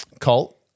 Colt